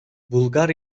bulgar